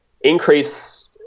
increase